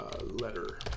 letter